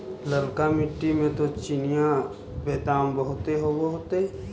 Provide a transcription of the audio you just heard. ललका मिट्टी मे तो चिनिआबेदमां बहुते होब होतय?